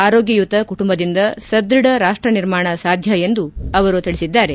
ಆರೋಗ್ಯಯುತ ಕುಟುಂಬದಿಂದ ಸದೃಢ ರಾಷ್ಟ ನಿರ್ಮಾಣ ಸಾಧ್ಯ ಎಂದು ಅವರು ತಿಳಿಸಿದ್ದಾರೆ